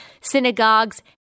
synagogues